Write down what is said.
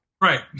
Right